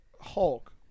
Hulk